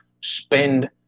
spend